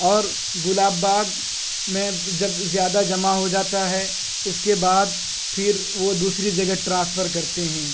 اور گلاب باغ میں جب زیادہ جمع ہو جاتا ہے اس کے بعد پھر وہ دوسری جگہ ٹرانسفر کرتے ہیں